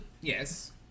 Yes